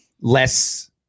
less